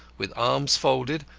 with arms folded,